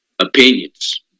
opinions